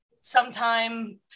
sometime